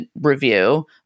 review